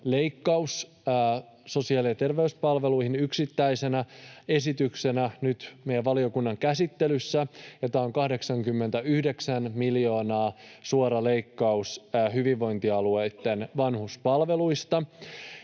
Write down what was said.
leikkaus sosiaali- ja terveyspalveluihin yksittäisenä esityksenä nyt meidän valiokunnan käsittelyssä — tämä on 89 miljoonan suora leikkaus hyvinvointialueitten vanhuspalveluista.